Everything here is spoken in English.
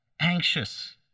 anxious